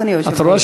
אדוני היושב-ראש?